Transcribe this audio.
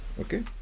Okay